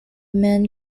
main